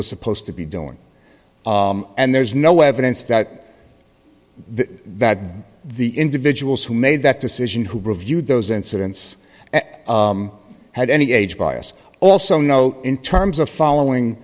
was supposed to be doing and there's no evidence that the that the individuals who made that decision who reviewed those incidents had any age bias also no in terms of following